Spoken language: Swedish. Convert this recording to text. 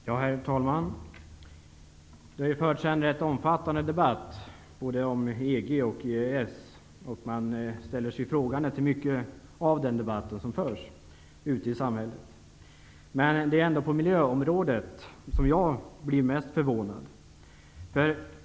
Herr talman! Det har förts en ganska omfattande debatt både om EG och om EES. Ute i samhället ställer sig många människor frågande till mycket i den debatt som förs. Det är emellertid på miljöområdet som jag blir mest förvånad.